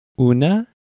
Una